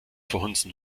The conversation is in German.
verhunzen